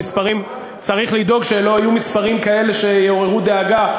צריך לדאוג שלא יהיו מספרים כאלה שיעוררו דאגה,